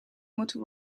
moeten